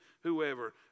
Whoever